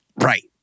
right